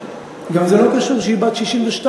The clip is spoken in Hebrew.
גם זה לא קשור שהיא בת 62,